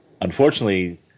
Unfortunately